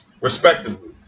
respectively